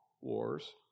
wars